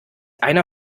einer